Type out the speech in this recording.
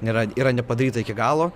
nėra yra nepadaryta iki galo